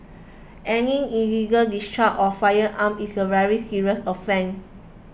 any illegal discharge of firearms is a very serious offence